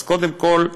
אז קודם כול,